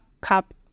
Cup